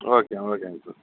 okay ஓகேங்க sir